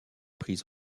pris